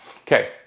Okay